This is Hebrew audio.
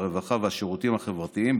הרווחה והשירותים החברתיים,